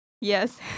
Yes